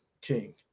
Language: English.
King